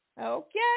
Okay